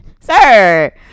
Sir